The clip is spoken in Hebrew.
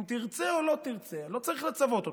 אם תרצה או לא תרצה, לא צריך לצוות אותך.